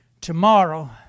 tomorrow